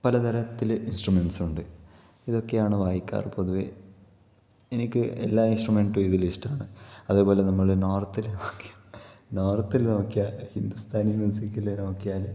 പലതരത്തില് ഇന്സ്ട്രമെന്റ്സ്സുണ്ട് ഇതൊക്കെയാണ് വായിക്കാറ് പൊതുവേ എനിക്ക് എല്ലാ ഇന്സ്ട്രമെന്റ്റ്റും ഇതിലിഷ്ടമാണ് അതെപോലെ നമ്മള് നോര്ത്തി ലൊക്കെ നോര്ത്തില് നോക്കിയാല് ഹിന്ദുസ്ഥാനി മ്യൂസിക്കില് നോക്കിയാല്